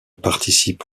participe